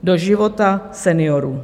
Do života seniorů.